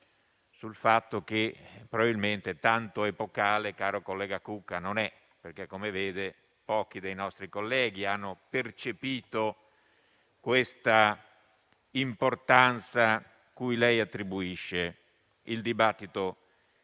del fatto che probabilmente tanto epocale, caro collega Cucca, non è. Come vede, infatti, pochi dei nostri colleghi hanno percepito l'importanza che lei attribuisce al dibattito